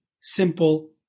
simple